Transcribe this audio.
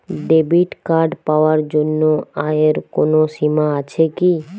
Debit card পাওয়ার জন্য আয়ের কোনো সীমা আছে কি?